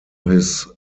his